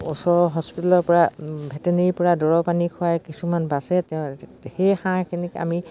ওচৰ হস্পিটালৰ পৰা ভেটেনেৰী পৰা দৰৱ আনি খোৱাই কিছুমান বাচে তেওঁ সেই হাঁহখিনিক আমি